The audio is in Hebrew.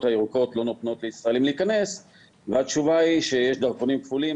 הירוקות לא נותנות לישראלים להיכנס והתשובה היא שיש דרכונים כפולים.